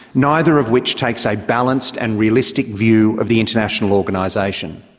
neither of which takes a balanced and realistic view of the international organisation.